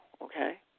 okay